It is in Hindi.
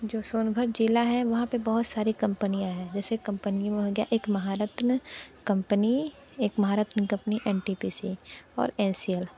जो सोनभद्र ज़िला हैं वहां पर बहुत सारी कम्पनियाँ हैं जैसे कंपनी वो हो गया एक महारत्न कंपनी एक Maharatna company N T P C और एन सी एल